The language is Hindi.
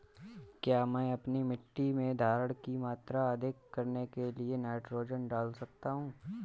क्या मैं अपनी मिट्टी में धारण की मात्रा अधिक करने के लिए नाइट्रोजन डाल सकता हूँ?